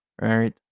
right